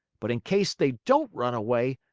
but in case they don't run away,